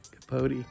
Capote